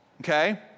Okay